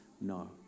no